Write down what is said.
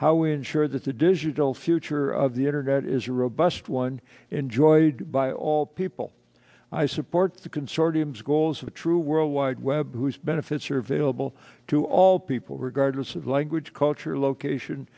we ensure that the digital future of the internet is a robust one enjoyed by all people i support the consortium's goals of a true world wide web whose benefits are available to all people regardless of language culture location